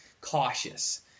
cautious